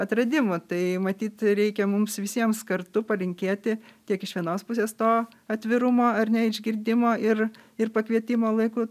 atradimų tai matyt reikia mums visiems kartu palinkėti tiek iš vienos pusės to atvirumo ar ne išgirdimo ir ir pakvietimo laiku